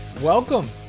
Welcome